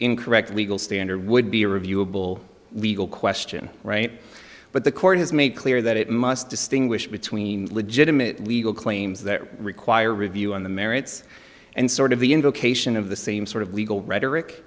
incorrect legal standard would be reviewable legal question right but the court has made clear that it must distinguish between legitimate legal claims that require review on the merits and sort of the implication of the same sort of legal rhetoric